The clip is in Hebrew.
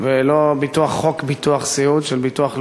ולא חוק ביטוח סיעוד של הביטוח הלאומי,